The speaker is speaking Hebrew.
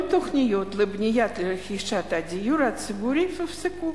כל התוכניות לבניית או לרכישת הדיור הציבורי הופסקו.